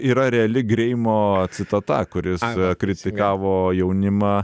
yra reali greimo citata kuris kritikavo jaunimą